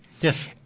Yes